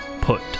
put